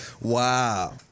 Wow